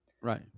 Right